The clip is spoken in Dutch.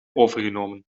overgenomen